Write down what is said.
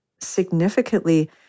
significantly